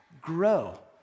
grow